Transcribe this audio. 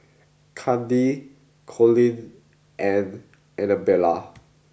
Kandi Colin and Annabella